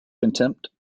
contempt